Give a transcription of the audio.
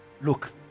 Look